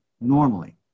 normally